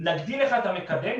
נגדיל לך את המקדם,